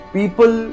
People